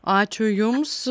ačiū jums